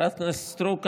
חברת הכנסת סטרוק,